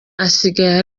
asigaye